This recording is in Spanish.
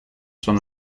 son